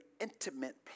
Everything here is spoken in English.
intimate